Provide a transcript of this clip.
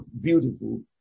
beautiful